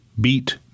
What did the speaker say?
beat